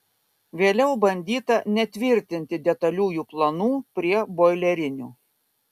vėliau bandyta netvirtinti detaliųjų planų prie boilerinių